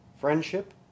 friendship